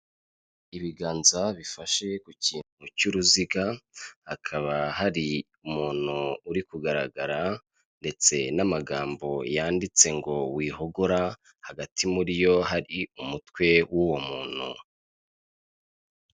Ibiganza bifashe ku kintu cy'uruziga, hakaba hari umuntu uri kugaragara ndetse n'amagambo yanditse ngo "wihogora", hagati muri yo hari umutwe w'uwo muntu.